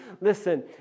Listen